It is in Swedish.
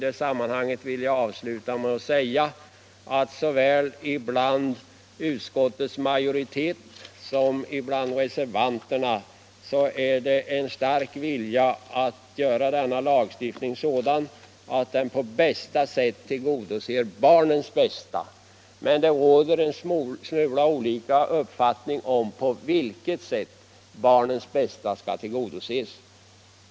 Jag vill sluta med att säga att såväl utskottets majoritet som reservanterna har en stark vilja att utforma lagstiftningen på ett sådant sätt att den så långt möjligt tillgodoser barnens bästa men ati det råder något olika uppfattningar om på vilket sätt barnens bästa skall tillgodoses.